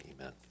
amen